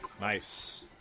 Nice